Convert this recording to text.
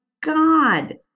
God